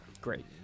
Great